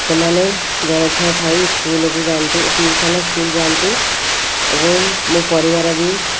ସେମାନେ ଜଳଖିଆ ଖାଇ ସ୍କୁଲକୁ ଯାଆନ୍ତି ଟିଉସନ୍ ସ୍କୁଲ୍ ଯାଆନ୍ତି ଏବଂ ମୋ ପରିବାର ବି